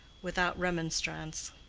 without remonstrance.